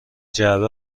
جعبه